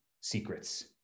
secrets